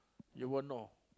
you won't know